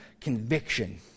Conviction